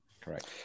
correct